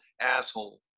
asshole